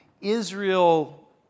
Israel